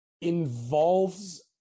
involves